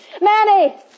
Manny